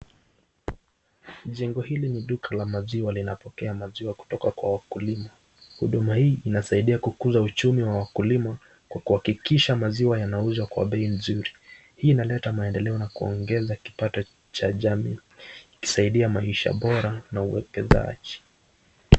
Jengo hili ni duka la maziwa linapokea maziwa kutoka kwa wakulima. Huduma hii inasaidia kukuza uchumi wa wakulima kwa kuhakikisha maziwa yanauzwa kwa bei nzuri. Hii inaleta maendeleo na kuongeza kipato cha jamii ikisaidia maisha bora na uwekezaji.